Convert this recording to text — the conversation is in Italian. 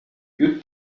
più